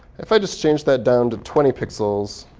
if i just change that down to twenty pixels,